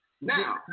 Now